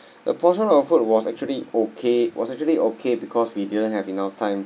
the portion of food was actually okay was actually okay because we didn't have enough time